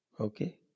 Okay